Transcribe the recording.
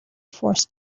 forced